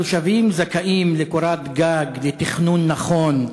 התושבים זכאים לקורת גג, לתכנון נכון,